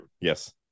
yes